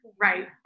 Right